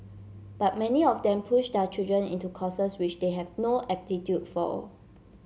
but many of them push their children into courses which they have no aptitude for